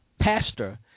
pastor